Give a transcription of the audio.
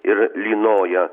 ir lynoja